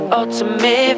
ultimate